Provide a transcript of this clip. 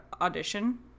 audition